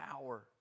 power